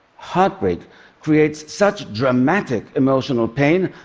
heartbreak creates such dramatic emotional pain,